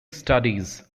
studies